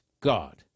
God